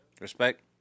Respect